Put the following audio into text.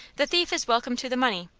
the thief is welcome to the money,